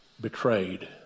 betrayed